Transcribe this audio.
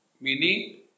Meaning